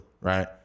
Right